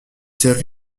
série